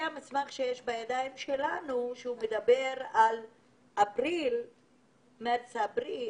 שיש בידינו, שמתייחס למרץ ואפריל,